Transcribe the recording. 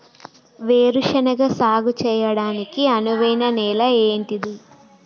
వేరు శనగ సాగు చేయడానికి అనువైన నేల ఏంటిది?